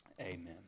amen